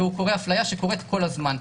הפליה שמתרחשת כל הזמן.